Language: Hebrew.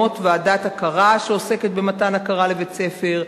ועדת הכרה שעוסקת במתן הכרה לבית-ספר,